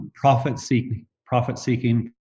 profit-seeking